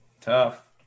Tough